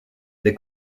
des